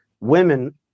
women